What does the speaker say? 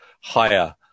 higher